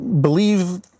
believe